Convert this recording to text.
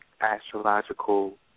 astrological